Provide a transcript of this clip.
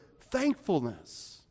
thankfulness